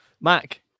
Mac